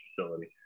facility